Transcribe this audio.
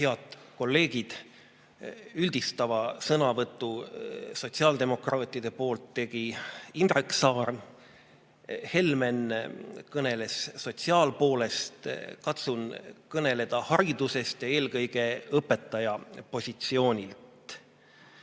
kolleegid! Üldistava sõnavõtu sotsiaaldemokraatide nimel tegi Indrek Saar. Helmen kõneles sotsiaalpoolest. Mina katsun kõneleda haridusest, ja eelkõige õpetaja positsioonilt.